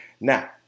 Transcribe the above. now